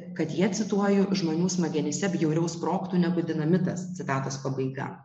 kad jie cituoju žmonių smegenyse bjauriau sprogtų negu dinamitas citatos pabaiga